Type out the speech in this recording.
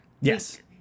Yes